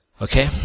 Okay